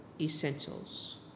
essentials